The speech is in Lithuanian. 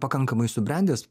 pakankamai subrendęs